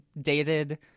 dated